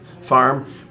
Farm